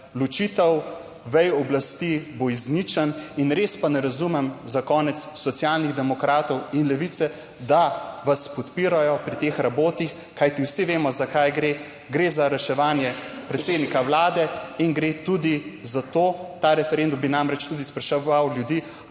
ločitev vej oblasti bo izničena. Res pa ne razumem, za konec, Socialnih demokratov in Levice, da vas podpirajo pri teh rabotah, kajti vsi vemo, za kaj gre – gre za reševanje predsednika Vlade in gre tudi za to, ta referendum bi namreč tudi spraševal ljudi,